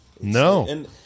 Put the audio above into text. No